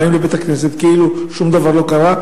באים לבית-הכנסת כאילו שום דבר לא קרה,